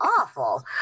Awful